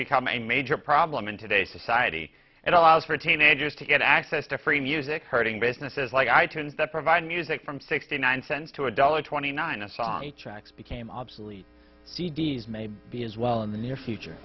become a major problem in today's society and allows for teenagers to get access to free music hurting businesses like i tunes that provide music from sixty nine cents to a dollar twenty nine a side tracks became obsolete c d s may be as well in the near future